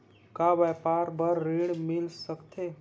का व्यापार बर ऋण मिल सकथे?